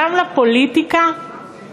גם לפוליטיקה,